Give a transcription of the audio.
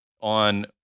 on